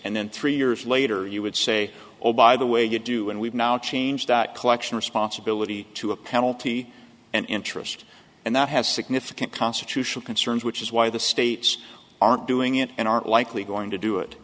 and then three years later you would say oh by the way you do and we've now changed that collection responsibility to a penalty and interest and that has significant constitutional concerns which is why the states aren't doing it and aren't likely going to do it